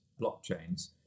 blockchains